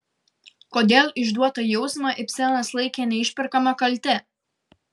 kodėl išduotą jausmą ibsenas laikė neišperkama kalte